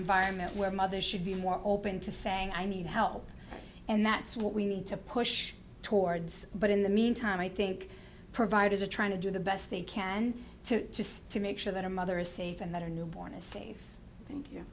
environment where mothers should be more open to saying i need help and that's what we need to push towards but in the meantime i think providers are trying to do the best they can to just to make sure that a mother is safe and that her newborn is safe thank you